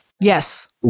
Yes